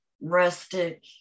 rustic